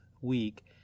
week